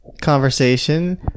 conversation